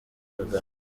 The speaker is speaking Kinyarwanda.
kagame